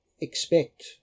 expect